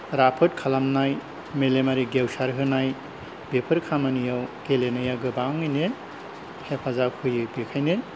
राफोद खालामनाय मेलेमारि गेवसार होनाय बेफोर खामानियाव गेलेनाया गोबाङैनो हेफाजाब होयो बेखायनो